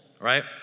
right